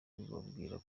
bubabwira